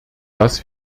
das